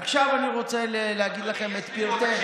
עכשיו אני רוצה להגיד לך את פרטי ההתייחסות.